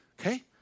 Okay